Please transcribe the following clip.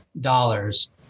dollars